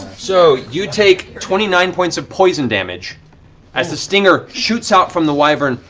so you take twenty nine points of poison damage as the stinger shoots out from the wyvern,